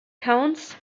counts